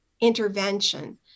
intervention